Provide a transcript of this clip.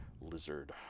lizard